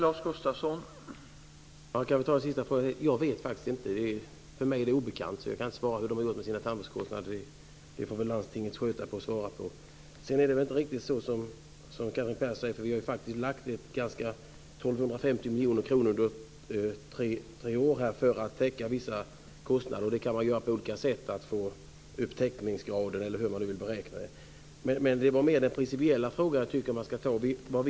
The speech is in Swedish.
Herr talman! Jag vet faktiskt inte. För mig är det obekant hur landstinget i Skåne har gjort med sina tandvårdskostnader. Den frågan får väl landstinget svara på. Sedan är det inte riktigt så som Catherine Persson säger, för vi har ju faktiskt avsatt 250 miljoner kronor under tre år för att täcka vissa kostnader. Man kan använda olika sätt för att få upp täckningsgraden. Men det är mer den principiella frågan som jag tycker att man ska ta upp.